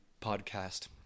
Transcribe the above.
Podcast